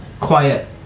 quiet